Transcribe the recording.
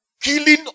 Killing